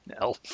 No